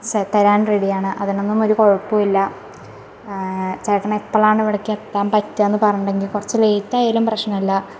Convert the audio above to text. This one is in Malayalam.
തരാന് റെഡി ആണ് അതിനൊന്നും ഒരു കുഴപ്പമില്ല ചേട്ടന് എപ്പോഴാണ് ഇവിടേക്ക് എത്താന് പറ്റുക എന്ന് പറഞ്ഞിട്ടുണ്ടെങ്കിൽ കുറച്ച് ലേറ്റ് ആയാലും പ്രശ്നമില്ല